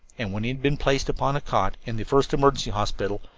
and when he had been placed upon a cot in the first emergency hospital,